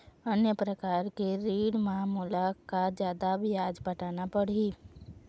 अन्य प्रकार के ऋण म मोला का जादा ब्याज पटाना पड़ही?